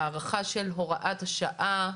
הארכה של הוראת השעה,